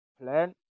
Plan